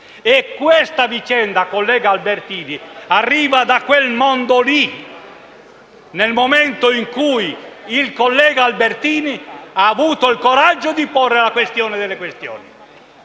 Questa vicenda, collega Albertini, arriva da quel mondo lì, nel momento in cui il collega Albertini ha avuto il coraggio di porre la questione delle questioni.